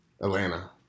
Atlanta